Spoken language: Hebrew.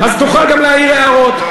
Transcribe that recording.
אז תוכל גם להעיר הערות.